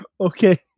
Okay